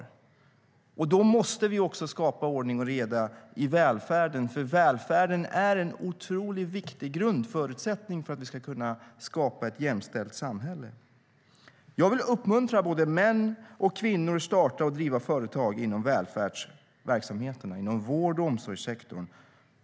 Då måste vi också skapa ordning och reda i välfärden. Välfärden är en otroligt viktig grundförutsättning för att vi ska kunna skapa ett jämställt samhälle. Jag vill uppmuntra både män och kvinnor att starta och driva företag inom välfärdsverksamheterna, inom vård och omsorgssektorn.